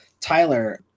Tyler